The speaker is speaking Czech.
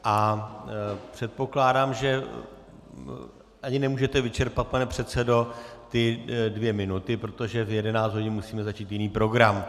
A předpokládám, že ani nemůžete vyčerpat, pane předsedo, ty dvě minuty, protože v 11 hodin musíme začít jiný program.